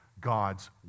God's